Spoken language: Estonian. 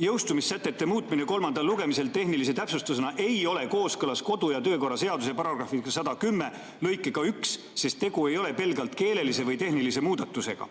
jõustumissätete muutmine kolmandal lugemisel tehnilise täpsustusena ei ole kooskõlas kodu- ja töökorra seaduse § 110 lõikega 1, sest tegu ei ole pelgalt keelelise või tehnilise muudatusega.